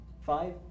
Five